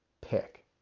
pick